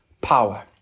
power